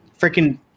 freaking